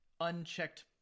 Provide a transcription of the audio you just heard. unchecked